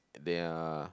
they're